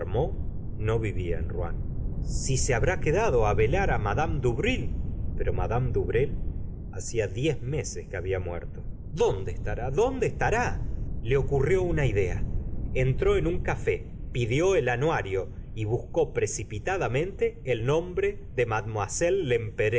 no vivía en rouen si se habrá quedado á velar á m ad dubreuil pero mad dubreuil hacía deiz meses que había muerto dónde estará dónde estará le ocurrió una idea entró en un café pidió el anu ar io y buscó precipitadamente el nombre de